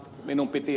minun piti